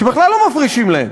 שבכלל לא מפרישים להם.